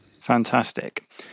Fantastic